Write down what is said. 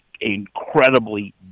incredibly